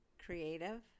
creative